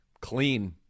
clean